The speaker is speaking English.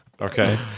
Okay